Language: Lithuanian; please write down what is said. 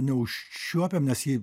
neužčiuopėm nes ji